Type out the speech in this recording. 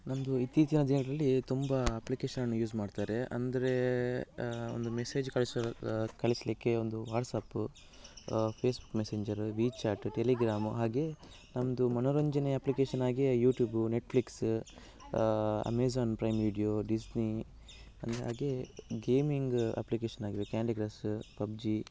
ನನ್ನದು ಇತ್ತೀಚಿನ ದಿನಗಳಲ್ಲಿ ತುಂಬ ಅಪ್ಲಿಕೇಶನ್ನ ಯೂಸ್ ಮಾಡ್ತಾರೆ ಅಂದರೆ ಒಂದು ಮೆಸೇಜ್ ಕಳಿಸಿ ಕಳಿಸಲಿಕ್ಕೆ ಒಂದು WhatsApp Facebook Messenger WeChat Telegram ಹಾಗೇ ನಮ್ಮದು ಮನೋರಂಜನೆ ಅಪ್ಲಿಕೇಶನ್ ಆಗಿ YouTube Netflix Amazon Prime video Disney ಹಾಗೇ ಗೇಮಿಂಗ್ ಅಪ್ಲಿಕೇಶನ್ ಆಗಿರೋ ಕ್ಯಾಂಡಿ ಕ್ರಶ್ ಪಬ್ಜಿ